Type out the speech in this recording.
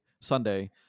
Sunday